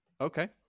Okay